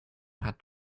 had